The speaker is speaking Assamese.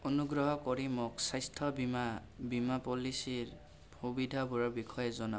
অনুগ্ৰহ কৰি মোক স্বাস্থ্য বীমা বীমা পলিচীৰ সুবিধাবোৰৰ বিষয়ে জনা